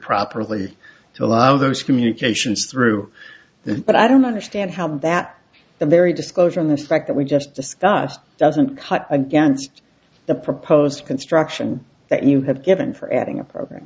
properly to allow those communications through that but i don't understand how that the very disclosure in the spec that we just discussed doesn't cut against the proposed construction that you have given for adding a program